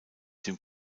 dem